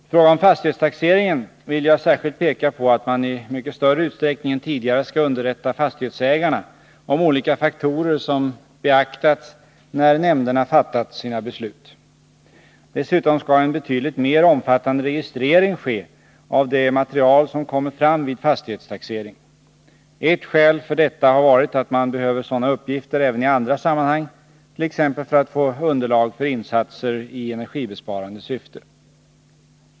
I fråga om fastighetstaxeringen vill jag särskilt peka på att man i mycket större utsträckning än tidigare skall underrätta fastighetsägarna om olika faktorer som beaktats när nämnderna fattat sina beslut. Dessutom skall en betydligt mer omfattande registrering ske av det material som kommer fram vid fastighetstaxering. Ett skäl för detta har varit att man behöver sådana uppgifter även i andra sammanhang, t.ex. för att få underlag för insatser i energibesparande syfte.